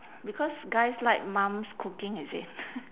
because guys like mum's cooking is it